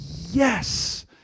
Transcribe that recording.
yes